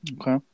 Okay